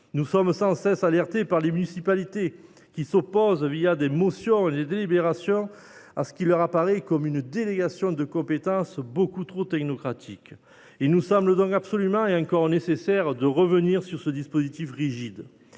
Nous sommes sans cesse alertés par des municipalités, qui s’opposent des motions et des délibérations à ce qui est perçu comme une délégation de compétences beaucoup trop technocratique. Il semble donc absolument nécessaire de revenir une nouvelle fois sur ce dispositif rigide,